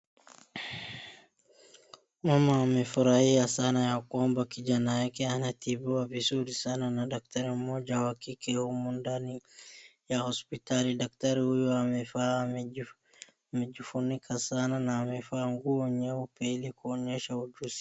Mama amefurahia sana yakwamba kijana yake anatibiwa vizuri sana na daktari mmoja wa kike humu ndani ya hospitali, daktari huyo amevaa amejifunika sana na amevaa nguo nyeupe ili kuonyesha ujuzi.